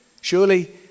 Surely